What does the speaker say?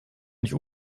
nicht